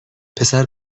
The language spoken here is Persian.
پسر